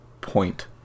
point